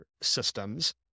systems